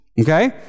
Okay